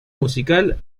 musical